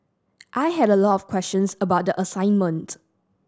I had a lot of questions about the assignment